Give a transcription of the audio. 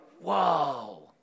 whoa